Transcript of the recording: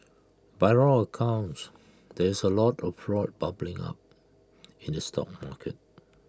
by all accounts there is A lot of A proud bubbling up in the stock market